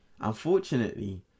Unfortunately